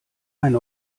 eine